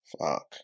Fuck